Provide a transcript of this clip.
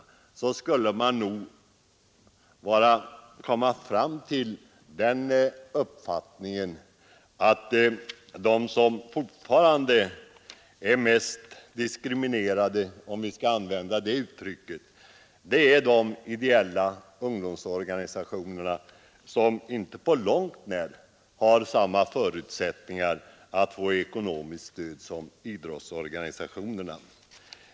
Då skulle man nog komma fram till den uppfattningen att de som fortfarande är mest diskriminerade — om vi skall använda det uttrycket — är de ideella ungdomsorganisationerna, som inte på långt när har samma förutsättningar att få ekonomiskt stöd som idrottsorganisationerna.